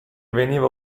veniva